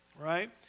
right